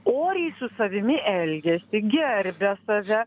oriai su savimi elgiasi gerbia save